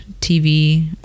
TV